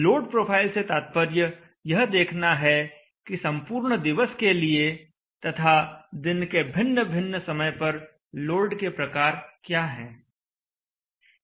load profile से तात्पर्य यह देखना है कि संपूर्ण दिवस के लिए तथा दिन के भिन्न भिन्न समय पर लोड के प्रकार क्या हैं